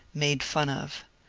made fun of.